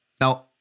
Now